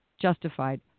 justified